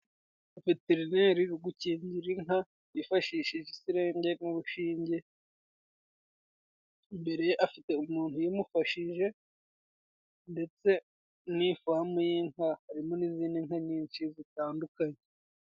Veterineri Uri gukingira inka yifashishije isirenge n'urushinge, imbere ye afite umuntu uyimufashije ndetse ni ifamu y'inka harimo n'izindi nka nyinshi zitandukanye.